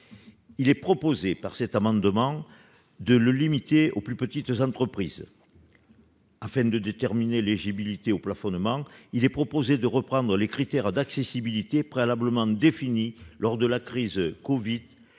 il est proposé, par cet amendement, de le limiter aux plus petites entreprises. Afin de déterminer l'éligibilité au plafonnement, il est proposé de reprendre les critères d'accessibilité préalablement définis lors de la crise de